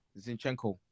Zinchenko